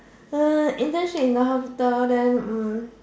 uh internship in the hospital then hmm